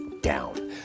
down